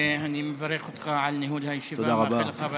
אני מברך אותך על ניהול הישיבה ומאחל לך בהצלחה.